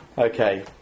Okay